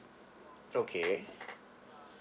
okay